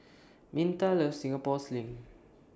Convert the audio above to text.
Minta loves Singapore Sling